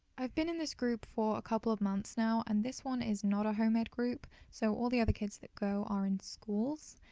i've been in this group for a couple of months now and this one is not a home-ed group so all the other kids that go are in schools.